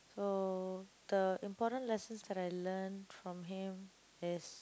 so the important lessons that I learnt from him is